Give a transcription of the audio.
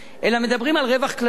אלא מדברים על רווח כללי,